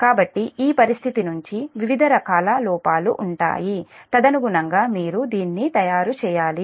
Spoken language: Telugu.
కాబట్టి ఈ పరిస్థితి నుంచి వివిధ రకాల లోపాలు ఉంటాయి తదనుగుణంగా మీరు దీన్ని తయారు చేయాలి